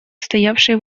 стоявший